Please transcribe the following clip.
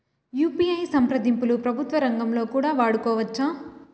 UPI సంప్రదింపులు ప్రభుత్వ రంగంలో కూడా వాడుకోవచ్చా?